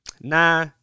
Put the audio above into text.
nah